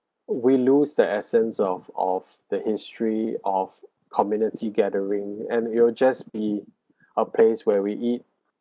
we lose the essence of of the history of community gathering and it will just be a place where we eat